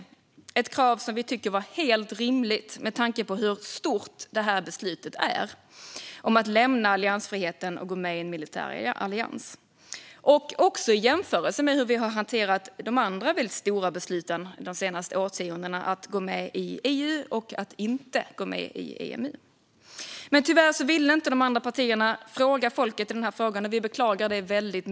Detta krav tyckte vi var helt rimligt med tanke på hur stort ett beslut att lämna alliansfriheten och gå med i en militär allians är och hur vi hanterade de stora besluten att gå med i EU och att inte gå med i EMU. Tyvärr ville inte de andra partierna fråga folket i denna fråga, vilket vi verkligen beklagar.